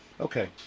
Okay